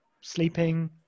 sleeping